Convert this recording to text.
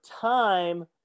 time